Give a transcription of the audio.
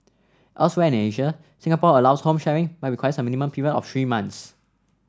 elsewhere in Asia Singapore allows home sharing but requires a minimum period of three months